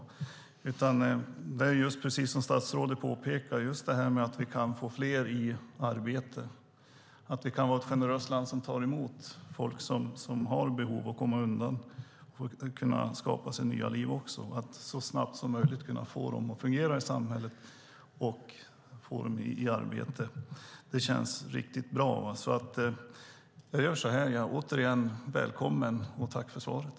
Just det här som statsrådet påpekar om att få fler i arbete, att vi kan vara ett generöst land som kan ta emot folk som har behov av att komma undan och skapa ett nytt liv och att vi så snabbt som möjligt kunna få de människorna att fungera i samhället och få dem i arbete känns riktigt bra. Jag hälsar återigen statsrådet välkommen och tackar för svaret.